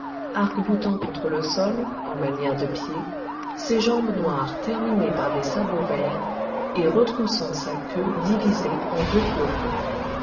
arc boutant contre le sol en manière de pieds ses jambes noires terminées par des sabots verts et retroussant sa queue divisée en deux flocons